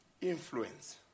Influence